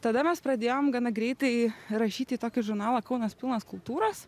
tada mes pradėjom gana greitai rašyti į tokį žurnalą kaunas pilnas kultūros